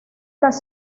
las